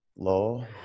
Low